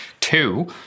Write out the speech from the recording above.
Two